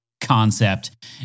concept